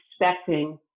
expecting